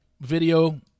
video